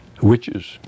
witches